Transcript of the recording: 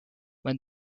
when